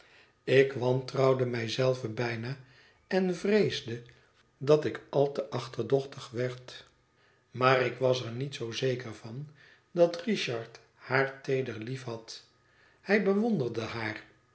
ik wantrouwde mij zelve bijna en vreesde dat ik al te achterdochtig werd maar ik was er niet zoo zeker van dat richard haar teeder liefhad hij bewonderde haar